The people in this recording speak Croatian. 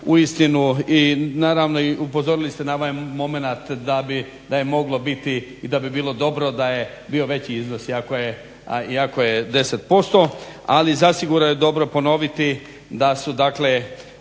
uistinu i naravno i upozorili ste na ovaj momenat da je moglo biti i da bi bilo dobro da je bio veći iznos iako je 10%. Ali zasigurno je dobro ponoviti da su dakle